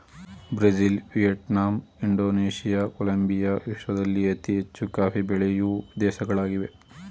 Brazil, Vietnam, Indonesia, Colombia ವಿಶ್ವದಲ್ಲಿ ಅತಿ ಹೆಚ್ಚು ಕಾಫಿ ಬೆಳೆಯೂ ದೇಶಗಳಾಗಿವೆ